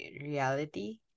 reality